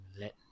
let